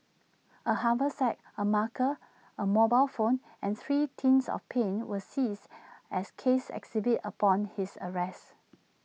A haversack A marker A mobile phone and three tins of paint were seized as case exhibits upon his arrest